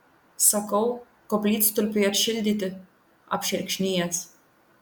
sakau koplytstulpiui atšildyti apšerkšnijęs